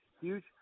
huge